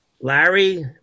Larry